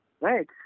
Right